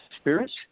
spirits